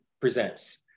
presents